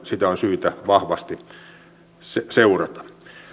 sitä on syytä vahvasti seurata